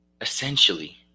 essentially